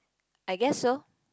I guess so